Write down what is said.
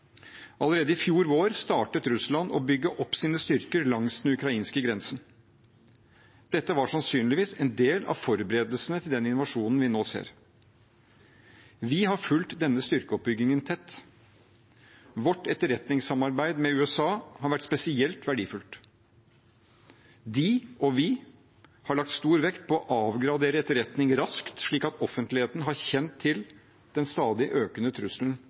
Allerede i fjor vår startet Russland å bygge opp sine styrker langs den ukrainske grensen. Dette var sannsynligvis en del av forberedelsene til den invasjonen vi nå ser. Vi har fulgt denne styrkeoppbyggingen tett. Vårt etterretningssamarbeid med USA har vært spesielt verdifullt. De – og vi – har lagt stor vekt på å avgradere etterretning raskt slik at offentligheten har kjent til den stadig økende trusselen